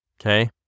Okay